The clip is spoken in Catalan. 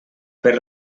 per